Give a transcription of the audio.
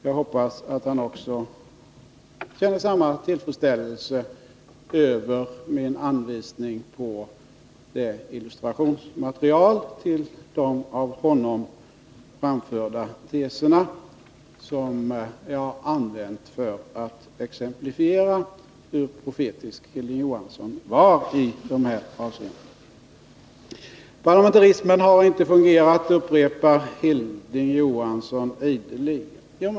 Jag hoppas att Hilding Johansson också känner samma tillfredsställelse över min anvisning på det illustrationsmaterial till de av honom framförda teserna som jag använt för att exemplifiera hur profetisk han var i dessa avseenden. Parlamentarismen har inte fungerat, upprepar Hilding Johansson ideligen.